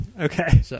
okay